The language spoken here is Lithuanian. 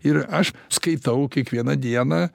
ir aš skaitau kiekvieną dieną